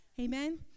Amen